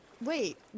wait